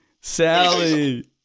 Sally